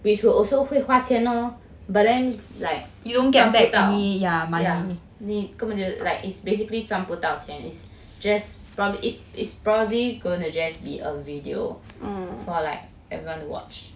which will also 会花钱 lor but then like 赚不到 yeah 你根本就 like is basically 赚不到钱 is just from it is probably going to be just a video for like everyone to watch